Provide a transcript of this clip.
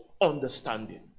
Understanding